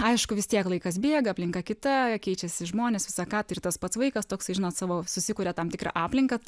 aišku vis tiek laikas bėga aplinka kita keičiasi žmonės visa ką tai ir tas pats vaikas toksai žinot savo susikuria tam tikrą aplinką tai